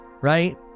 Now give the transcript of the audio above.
Right